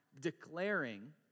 declaring